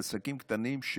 לעסקים קטנים.